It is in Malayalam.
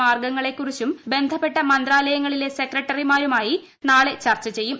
മാർഗ്ഗങ്ങളെക്കുറിച്ചും ബന്ധപ്പെട്ട മന്ത്രാലയങ്ങളിലെ സെക്രട്ടറിമാരുമായി നാളെ ചർച്ച ചെയ്യും